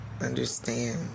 understand